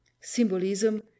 symbolism